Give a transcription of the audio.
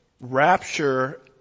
rapture